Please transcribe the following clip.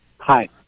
Hi